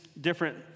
different